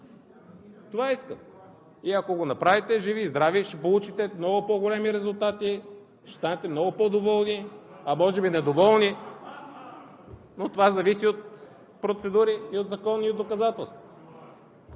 това искам! И ако го направите, живи и здрави, ще получите много по-големи резултати, ще останете много по-доволни, а може би недоволни, но това зависи от процедури, от закони и от доказателства!